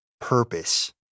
purpose